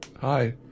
Hi